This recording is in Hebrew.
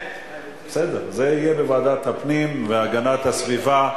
בסדר, זה יהיה בוועדת הפנים והגנת הסביבה.